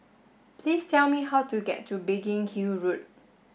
please tell me how to get to Biggin Hill Road